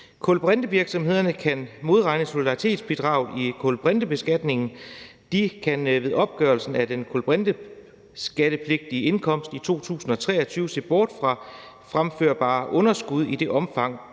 Kulbrintevirksomhederne kan modregne solidaritetsbidraget i kulbrintebeskatningen, og de kan ved opgørelsen af den kulbrinteskattepligtige indkomst i 2023 se bort fra fremførbare underskud i det omfang,